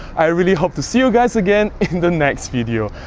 i really hope to see you guys again in the next video,